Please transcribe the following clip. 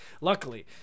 luckily